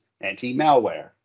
anti-malware